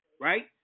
right